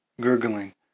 gurgling